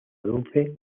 dulce